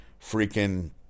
freaking